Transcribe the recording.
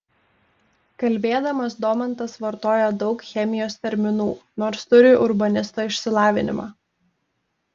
kalbėdamas domantas vartoja daug chemijos terminų nors turi urbanisto išsilavinimą